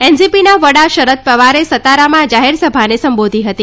એનસીપીના વડા શરદ પવારે સાતારામાને જાહેરસભાને સંબોધી હતી